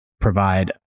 provide